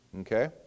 Okay